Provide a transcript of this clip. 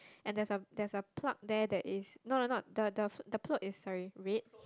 and there's a there's a plug there that is no no no the the plug is red sorry